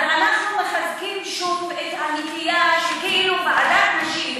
אז אנחנו מחזקים שוב את הנטייה שכאילו ועדת נשים,